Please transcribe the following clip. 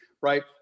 right